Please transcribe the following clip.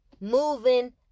moving